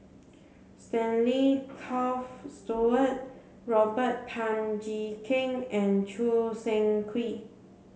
Stanley Toft Stewart Robert Tan Jee Keng and Choo Seng Quee